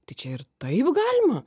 tai čia ir taip galima